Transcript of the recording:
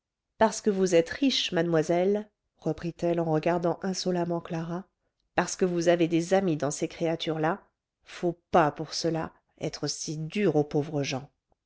parce que vous êtes riche mademoiselle reprit-elle en regardant insolemment clara parce que vous avez des amies dans ces créatures là faut pas pour cela être si dure aux pauvres gens